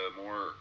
more